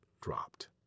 dropped